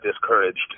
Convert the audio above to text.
discouraged